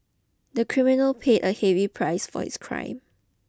the criminal paid a heavy price for his crime